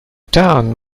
town